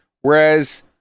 whereas